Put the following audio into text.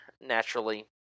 naturally